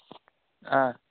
آ